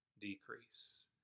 decrease